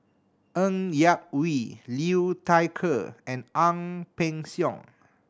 Ng Yak Whee Liu Thai Ker and Ang Peng Siong